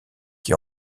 qui